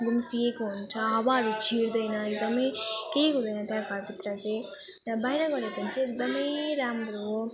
गुम्सिएको हुन्छ हावाहरू छिर्दैन एकदम केही हुँदैन त्यहाँ घरभित्र चाहिँ त्यहाँ बाहिर गरेको चाहिँ एकदम राम्रो हो